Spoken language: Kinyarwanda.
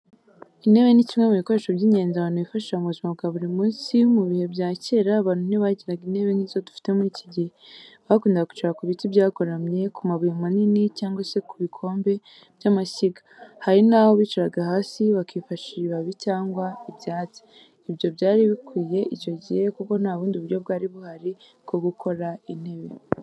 Intebe ni kimwe mu bikoresho by’ingenzi abantu bifashisha mu buzima bwa buri munsi. Mu bihe bya kera, abantu ntibagiraga intebe nk’izo dufite muri iki gihe. Bakundaga kwicara ku biti byagoramye, ku mabuye manini, cyangwa se ku bikombe by'amashyiga. Hari naho bicaraga hasi, bakifashisha ibibabi cyangwa ibyatsi. Ibyo byari bikwiye icyo gihe, kuko nta bundi buryo bwari buhari bwo gukora intebe.